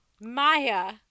Maya